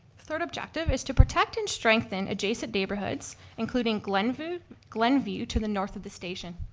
third objective is to protect and strengthen adjacent neighborhoods including glenview glenview to the north of the station.